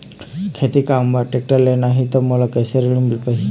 खेती काम बर टेक्टर लेना ही त मोला कैसे ऋण मिल पाही?